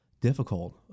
Difficult